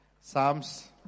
psalms